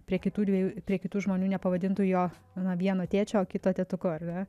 prie kitų dviejų prie kitų žmonių nepavadintų jo na vienu tėčiu o kito tėtuku ar ne